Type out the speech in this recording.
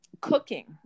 cooking